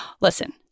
Listen